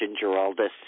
Geraldus